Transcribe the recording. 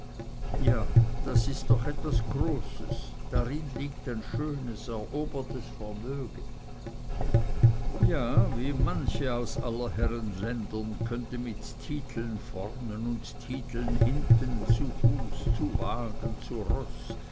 ja das ist doch etwas großes darin liegt ein schönes erobertes vermögen ja wie manche aus aller herren ländern könnte mit titeln vornen und titeln hinten zu fuß zu wagen zu roß